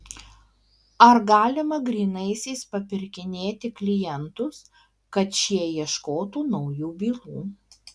ar galima grynaisiais papirkinėti klientus kad šie ieškotų naujų bylų